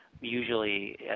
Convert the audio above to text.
usually